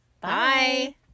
Bye